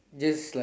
just like